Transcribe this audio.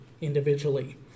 individually